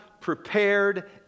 prepared